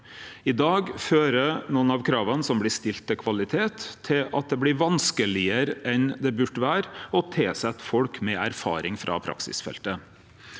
I dag fører nokre av krava som blir stilte til kvalitet, til at det blir vanskelegare enn det burde vere å tilsette folk med erfaring frå praksisfeltet.